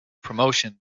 promotion